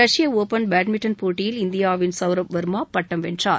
ரஷ்ய open badminton போட்டியில் இந்தியாவின் சவ்ரப் வர்மா பட்டம் வென்றார்